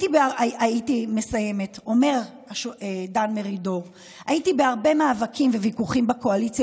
אומר דן מרידור: הייתי בהרבה מאבקים וויכוחים בקואליציה